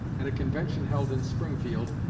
at a convention held in springfield,